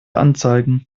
anzeigen